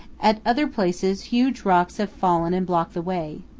at other places huge rocks have fallen and block the way.